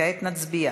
נצביע